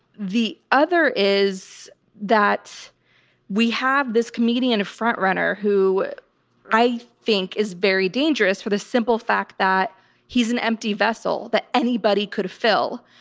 the other is that we have this comedian front runner who i think is very dangerous for the simple fact that he's an empty vessel that anybody could fill.